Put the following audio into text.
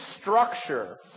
structure